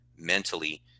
mentally